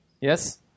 Yes